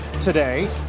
today